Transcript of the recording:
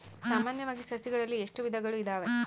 ಸಾಮಾನ್ಯವಾಗಿ ಸಸಿಗಳಲ್ಲಿ ಎಷ್ಟು ವಿಧಗಳು ಇದಾವೆ?